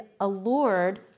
allured